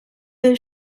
will